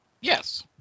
Yes